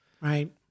Right